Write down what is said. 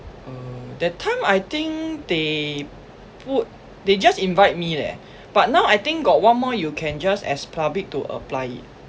uh that time I think they put they just invite me leh but now I think got one more you can just as public to apply it